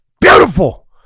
Beautiful